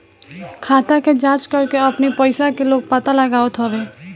खाता के जाँच करके अपनी पईसा के लोग पता लगावत हवे